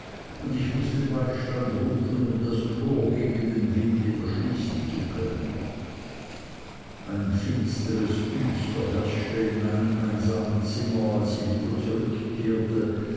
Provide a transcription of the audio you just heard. und ich mußte beistand rufen um das tor gegen den wind wieder schließen zu können ein finsteres düster herrschte in meinem einsamen zimmer als ich wieder zurückkehrte